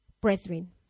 Brethren